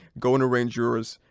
bgo and arrange yours,